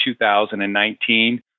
2019